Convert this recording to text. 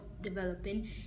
developing